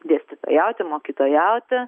dėstytojauti mokytojauti